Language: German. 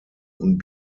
und